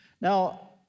Now